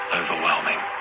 overwhelming